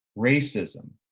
racism,